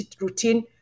routine